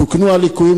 תוקנו הליקויים,